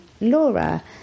Laura